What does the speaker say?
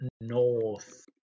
north